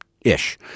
ish